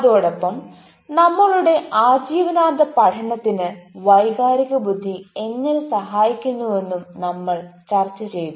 അതോടൊപ്പം നമ്മളുടെ ആജീവനാന്ത പഠനത്തിന് വൈകാരിക ബുദ്ധി എങ്ങനെ സഹായിക്കുന്നുവെന്നും നമ്മൾ ചർച്ചചെയ്തു